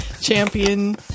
Champion